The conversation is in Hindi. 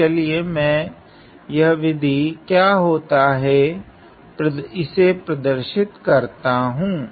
तो चलिये मैं यह विधि क्या होता हे इसे प्रदर्शित करता हूँ